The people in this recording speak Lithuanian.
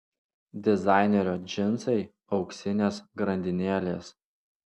dizainerio džinsai auksinės grandinėlės